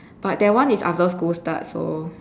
but that one is after school starts so